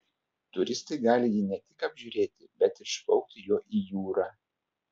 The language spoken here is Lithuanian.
turistai gali jį ne tik apžiūrėti bet ir išplaukti juo į jūrą